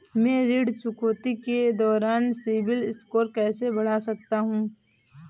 मैं ऋण चुकौती के दौरान सिबिल स्कोर कैसे बढ़ा सकता हूं?